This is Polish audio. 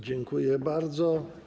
Dziękuję bardzo.